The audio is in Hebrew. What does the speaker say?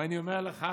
ואני אומר לך,